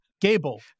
gable